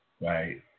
right